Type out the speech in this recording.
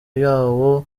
yawo